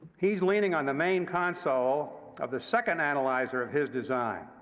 he's leaning on the main console of the second analyzer of his design.